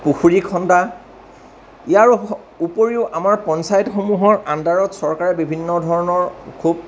পুখুৰী খন্দা ইয়াৰ ওপৰিও আমাৰ পঞ্চায়তসমূহৰ আণ্ডাৰত চৰকাৰে বিভিন্ন ধৰণৰ খুব